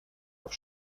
auf